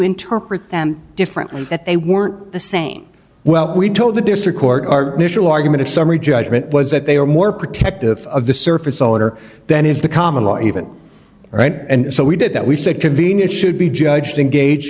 interpret them differently that they weren't the same well we told the district court our initial argument a summary judgment was that they were more protective of the surface older than is the common law even right and so we did that we said convenience should be judged in gauge